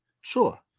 Sure